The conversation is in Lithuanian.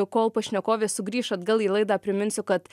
kol pašnekovė sugrįš atgal į laidą priminsiu kad